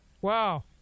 Wow